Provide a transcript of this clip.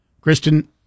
Kristen